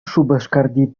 шупашкарти